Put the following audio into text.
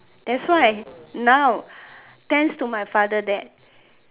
that's why now thanks to my father that